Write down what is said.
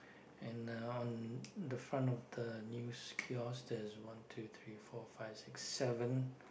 and uh on the front of the news kiosk there's one two three four five six seven